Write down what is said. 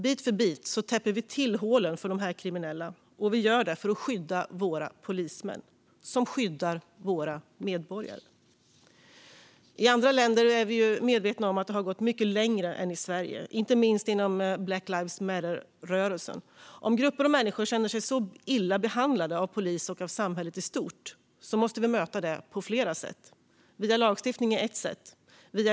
Bit för bit täpper vi till hålen för dessa kriminella, och vi gör det för att skydda våra polismän som skyddar våra medborgare. I andra länder har det gått mycket längre än i Sverige, inte minst inom Black lives matter-rörelsen. Det är vi medvetna om. Om grupper och människor känner sig så illa behandlade av polis och av samhället i stort måste vi möta det på flera sätt. Via lagstiftning är ett sätt.